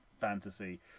fantasy